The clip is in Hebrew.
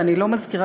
ואני לא מזכירה,